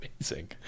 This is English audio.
amazing